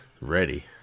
ready